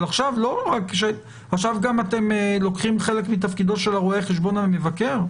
אבל עכשיו אתם לוקחים חלק מתפקידו של רואה החשבון המבקר?